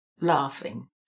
laughing